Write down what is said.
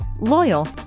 loyal